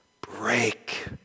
break